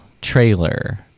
trailer